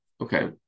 Okay